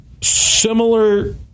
similar